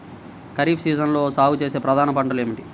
ఖరీఫ్ సీజన్లో సాగుచేసే ప్రధాన పంటలు ఏమిటీ?